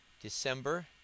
December